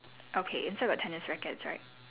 okay inside got tennis rackets right